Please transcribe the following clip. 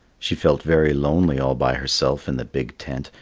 she felt very lonely all by herself in the big tent,